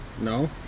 No